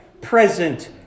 present